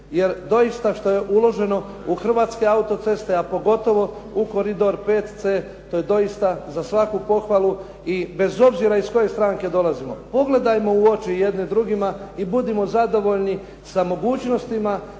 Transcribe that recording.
Jer dosita što je uloženo u Hrvatske autoceste, a pogotovo u koridor 5C to je doista za svaku pohvalu i bez obzira iz koje stranke dolazimo. Pogledajmo u oči jedni drugima i budimo zadovoljni sa mogućnostima